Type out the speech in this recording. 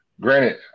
granted